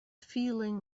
feeling